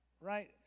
Right